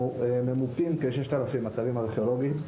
אנחנו ממופים כ-6,000 אתרים ארכיאולוגיים.